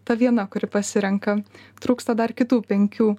ta viena kuri pasirenka trūksta dar kitų penkių